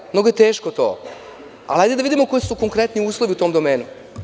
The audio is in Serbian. To je mnogo teško, ali hajde da vidimo koji su konkretni uslovi u tom domenu.